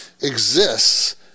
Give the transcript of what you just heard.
exists